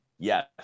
Yes